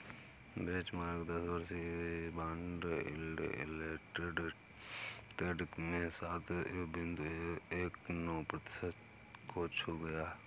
benchmark दस वर्षीय bond yield intraday trade में सात बिंदु एक नौ प्रतिशत को छू गया